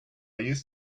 used